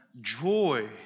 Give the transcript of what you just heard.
joy